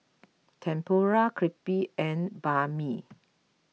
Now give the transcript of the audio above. Tempura Crepe and Banh Mi